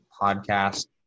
podcast